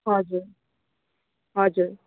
हजुर हजुर